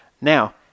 Now